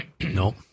Nope